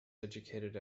educated